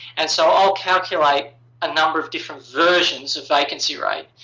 and so, i'll calculate a number of different versions of vacancy rate.